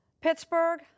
Pittsburgh